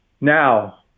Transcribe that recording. Now